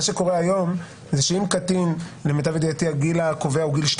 מה שקורה היום שאם קטין למיטב ידיעתי הגיל הקובע הוא גיל 12